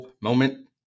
moment